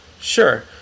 Sure